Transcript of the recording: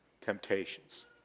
temptations